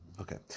Okay